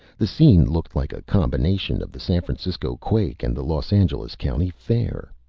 the scene looked like a combination of the san francisco quake and the los angeles county fair.